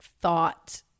thought